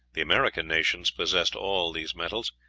the american nations possessed all these metals.